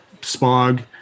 SPOG